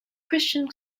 christian